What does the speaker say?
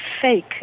fake